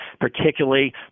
particularly